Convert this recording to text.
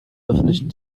öffentlichen